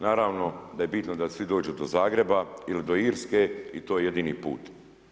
Naravno da je bitno da svi dođu do Zagreba ili do Irske i to je jedini put.